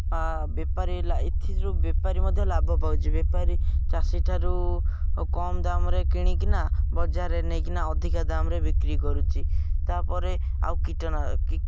ବେପାରୀ ଏଥି ଯୋଗୁଁ ବେପାରୀ ମଧ୍ୟ ଲାଭ ପାଉଛି ବେପାରୀ ଚାଷୀଠାରୁ କମ୍ ଦାମ୍ରେ କିଣିକିନା ବଜାରରେ ନେଇକିନା ଅଧିକା ଦାମ୍ରେ ବିକ୍ରି କରୁଛି ତା'ପରେ ଆଉ କୀଟନାଶକ